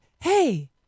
hey